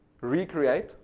recreate